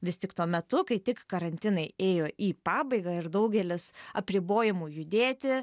vis tik tuo metu kai tik karantinai ėjo į pabaigą ir daugelis apribojimų judėti